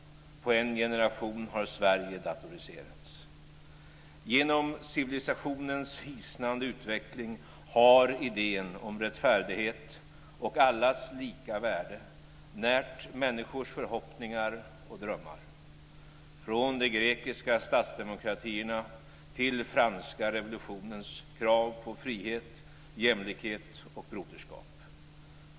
På en generation har Sverige datoriserats. Genom civilisationens hisnande utveckling har idén om rättfärdighet och allas lika värde närt människors förhoppningar och drömmar. Från de grekiska stadsdemokratierna till franska revolutionens krav på frihet, jämlikhet och broderskap.